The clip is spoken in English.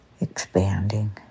expanding